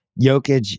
Jokic